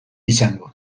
izango